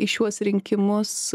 į šiuos rinkimus